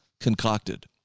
concocted